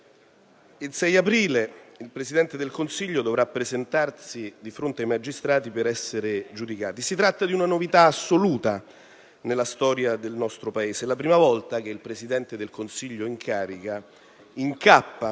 6 aprile il Presidente del Consiglio dovrà presentarsi di fronte ai magistrati per essere giudicato. Si tratta di una novità assoluta nella storia del nostro Paese: è la prima volta che il Presidente del Consiglio in carica incappa